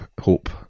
hope